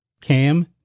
Cam